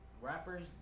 rappers